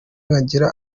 nkagira